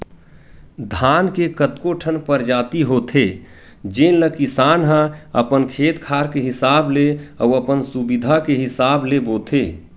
धान के कतको ठन परजाति होथे जेन ल किसान ह अपन खेत खार के हिसाब ले अउ अपन सुबिधा के हिसाब ले बोथे